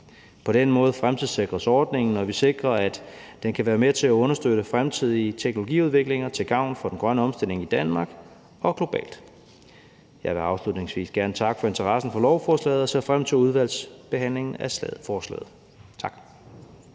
På den måde fremtidssikres ordningen, og vi sikrer, at den kan være med til at understøtte fremtidige teknologiudviklinger til gavn for den grønne omstilling i Danmark og globalt. Jeg vil afslutningsvis gerne takke for interessen for lovforslaget og ser frem til udvalgsbehandlingen af forslaget. Tak.